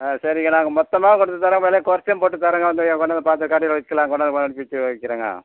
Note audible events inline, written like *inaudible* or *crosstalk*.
ஆ சரிங்க நாங்கள் மொத்தமாக கொண்டு தர்றோம் விலை குறச்சும் போட்டு தர்றோங்க *unintelligible* வைக்கிறங்க